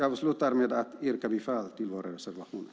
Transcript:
Avslutningsvis yrkar jag bifall till våra reservationer.